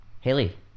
Haley